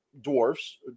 dwarfs